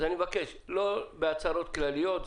אז אני מבקש, לא בהצהרות כלליות.